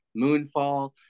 Moonfall